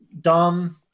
dumb